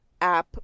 app